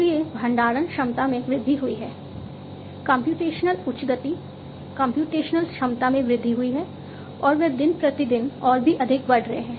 इसलिए भंडारण क्षमता में वृद्धि हुई है कम्प्यूटेशनल उच्च गति कम्प्यूटेशनल क्षमता में वृद्धि हुई है और वे दिन प्रतिदिन और भी अधिक बढ़ रहे हैं